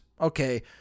Okay